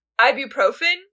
ibuprofen